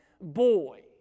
boy